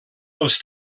els